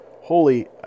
holy